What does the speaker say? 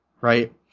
right